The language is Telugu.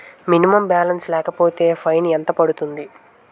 మినిమం బాలన్స్ లేకపోతే ఫైన్ ఎంత పడుతుంది?